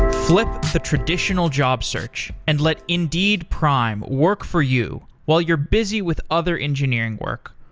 flip the traditional job search and let indeed prime work for you while you're busy with other engineering work,